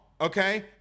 okay